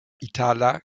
itala